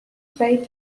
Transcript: cited